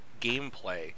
Gameplay